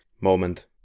Moment